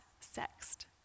sexed